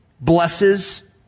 blesses